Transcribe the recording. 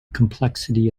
complexity